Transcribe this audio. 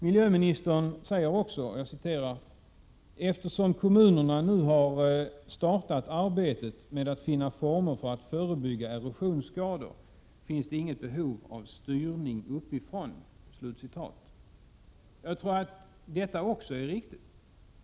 Miljöministern säger också: ”Eftersom kommunerna nu har startat arbetet med att finna former för att förebygga erosionsskador finns det inget behov av styrning uppifrån.” Jag tror att detta också är riktigt.